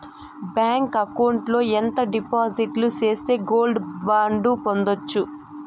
Bank account లో ఎంత డిపాజిట్లు సేస్తే గోల్డ్ బాండు పొందొచ్చు?